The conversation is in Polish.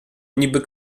niby